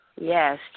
Yes